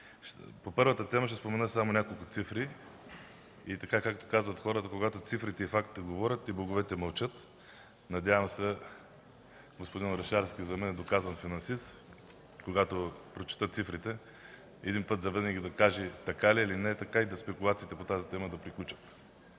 По първата тема ще спомена само няколко цифри и както казват хората, когато цифрите и фактите говорят, и боговете мълчат, надявам се господин Орешарски, който за мен е доказан финансист, когато прочета цифрите, един път завинаги да каже така ли е, или не е така и спекулациите по тази тема да приключат.